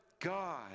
God